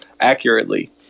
accurately